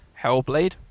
Hellblade